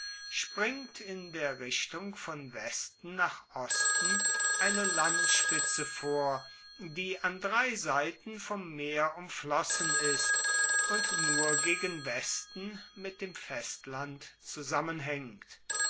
springt in der richtung von westen nach osten eine landspitze vor die an drei seiten vom meer umflossen ist und nur gegen westen mit dem festland zusammenhängt